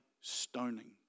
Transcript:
stoning